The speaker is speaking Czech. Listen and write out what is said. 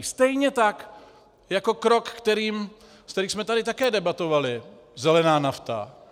Stejně tak jako krok, o kterém jsme tady také debatovali, zelená nafta.